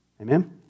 Amen